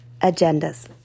Agendas